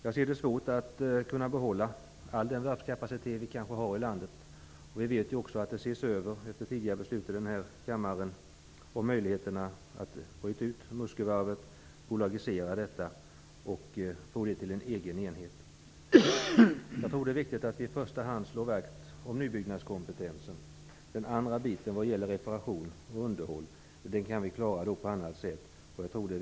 Det är svårt att behålla all den varvskapacitet som finns i landet. Efter tidigare beslut i denna kammare ser man över möjligheterna att byta ut Muskövarvet, bolagisera detta och göra det till en egen enhet. I första hand måste vi slå vakt om nybyggnadskompetensen. Reparation och underhåll kan klaras på annat sätt.